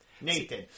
Nathan